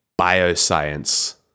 bioscience